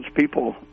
people